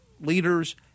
leaders